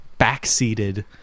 backseated